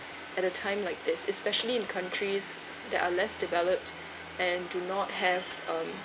at a time like this especially in countries that are less developed and do not have um